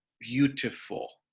beautiful